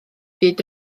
byd